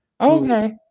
okay